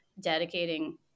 dedicating